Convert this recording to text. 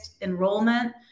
enrollment